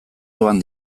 doan